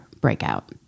breakout